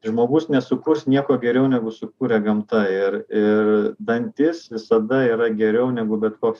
žmogus nesukurs nieko geriau negu sukūrė gamta ir ir dantis visada yra geriau negu bet koks